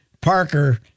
Parker